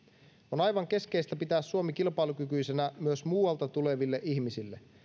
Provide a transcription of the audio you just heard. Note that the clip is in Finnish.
on aivan keskeistä pitää suomi kilpailukykyisenä myös muualta tuleville ihmisille